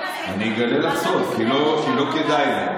אני אגלה לך סוד: כי לא כדאי להם,